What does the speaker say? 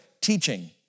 teaching